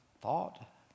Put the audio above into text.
thought